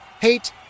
hate